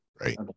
Right